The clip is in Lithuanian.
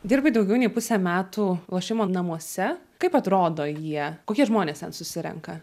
dirbai daugiau nei pusę metų lošimo namuose kaip atrodo jie kokie žmonės ten susirenka